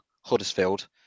Huddersfield